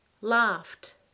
laughed